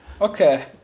Okay